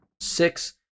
six